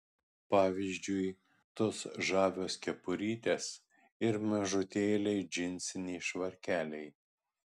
pavyzdžiui tos žavios kepurytės ir mažutėliai džinsiniai švarkeliai